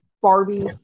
barbie